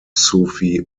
sufi